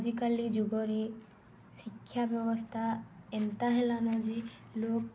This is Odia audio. ଆଜିକାଲି ଯୁଗରେ ଶିକ୍ଷା ବ୍ୟବସ୍ଥା ଏନ୍ତା ହେଲାନ ଯେ ଲୋକ